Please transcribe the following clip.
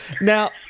Now